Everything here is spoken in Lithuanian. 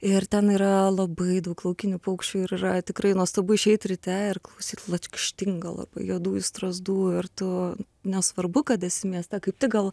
ir ten yra labai daug laukinių paukščių ir yra tikrai nuostabu išeit ryte ir klausyt lakštingala juodųjų strazdų ir tu nesvarbu kad esi mieste kaip tik gal